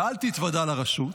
ואל תתוודע לרשות,